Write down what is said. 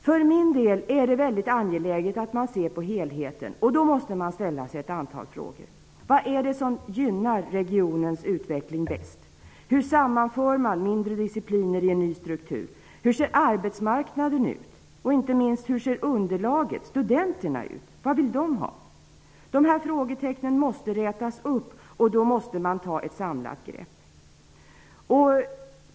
Jag anser att det är mycket angeläget att se på helheten. Då måste man ställa ett antal frågor: Vad gynnar regionens utveckling bäst? Hur sammanförs mindre discipliner i en ny struktur? Hur ser arbetsmarknaden ut? Och inte minst: Hur ser underlaget, studenterna, ut? Vad vill de ha? De frågetecknen måste rätas ut, och då måste man ta ett samlat grepp.